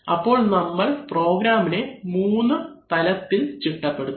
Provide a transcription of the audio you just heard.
അപ്പോൾ നമ്മൾക്ക് പ്രോഗ്രാമിനെ 3 തലത്തിൽ ചിട്ടപെടുത്താം